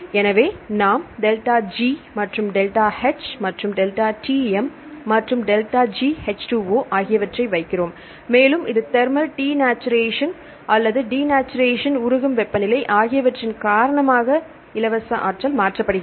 எனவே நாம் ΔG மற்றும் ΔH மற்றும் ΔTm மற்றும் ΔGH2O ஆகியவற்றை வைக்கிறோம் மேலும் இது தெர்மல் டீநேச்சுரேஷன் அல்லது டீநேச்சுரேஷன் உருகும் வெப்பநிலை ஆகியவற்றின் காரணமாக இலவச ஆற்றல் மாற்றமாகிறது